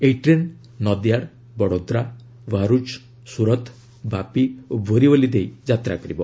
ଏହି ଟ୍ରେନ୍ ନଦିଆଡ ବଡୋଦ୍ରା ଭର୍ତଚ ସ୍କରତ ବାପି ଓ ବୋରିଓ୍ବଲି ଦେଇ ଯାତ୍ରା କରିବ